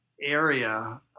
area